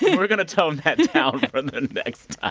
yeah we're going to tone that down but and and ah